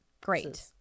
great